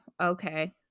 Okay